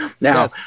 Now